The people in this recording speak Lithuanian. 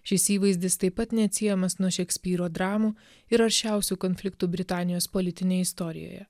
šis įvaizdis taip pat neatsiejamas nuo šekspyro dramų ir aršiausių konfliktų britanijos politinėj istorijoje